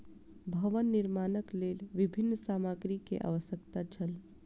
भवन निर्माणक लेल विभिन्न सामग्री के आवश्यकता छल